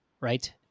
right